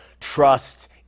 Trust